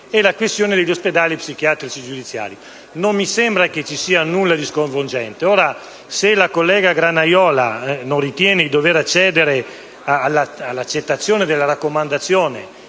e la questione degli ospedali psichiatrici giudiziari. Non mi sembra che ci sia nulla di sconvolgente. Se la collega Granaiola non ritiene di dover accettare l'accoglimento dell'ordine